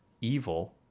evil